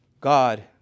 God